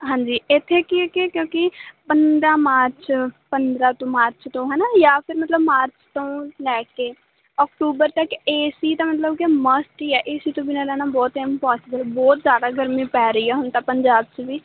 ਹਾਂਜੀ ਇੱਥੇ ਕੀ ਏ ਕਿ ਕਿਉਂਕਿ ਪੰਦਰ੍ਹਾਂ ਮਾਰਚ ਪੰਦਰ੍ਹਾਂ ਤੋਂ ਮਾਰਚ ਤੋਂ ਹੈ ਨਾ ਜਾਂ ਫਿਰ ਮਤਲਬ ਮਾਰਚ ਤੋਂ ਲੈ ਕੇ ਅਕਟੂਬਰ ਤੱਕ ਏਸੀ ਤਾਂ ਮਤਲਬ ਕਿ ਮਸਟ ਹੀ ਹੈ ਇਸ ਤੋਂ ਬਿਨਾਂ ਰਹਿਣਾ ਬਹੁਤ ਇੰਪੋਸੀਬਲ ਬਹੁਤ ਜ਼ਿਆਦਾ ਗਰਮੀ ਪੈ ਰਹੀ ਆ ਹੁਣ ਤਾਂ ਪੰਜਾਬ 'ਚ ਵੀ